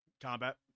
combat